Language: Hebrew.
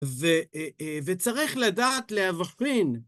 וצריך לדעת להבחין